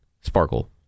Sparkle